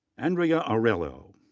andrea aurelio.